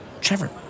Trevor